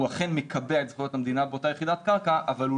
הוא אכן מקבע את גבולות המדינה באותה יחידת קרקע אבל הוא